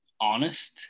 honest